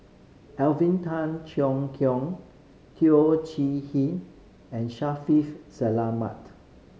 Alvin Tan Cheong Kheng Teo Chee Hean and Shaffiq Selamat